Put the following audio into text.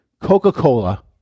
Coca-Cola